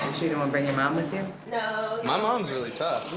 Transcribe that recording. um bring your mom with you? no. my mom's really tough.